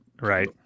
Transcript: Right